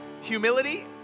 humility